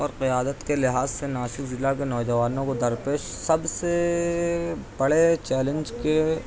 اور قیادت کے لحاظ سے ناسک ضلع کے نوجوانوں کو درپیش سب سے بڑے چیلینج کے